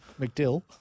McDill